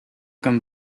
come